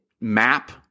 map